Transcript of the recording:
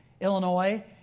Illinois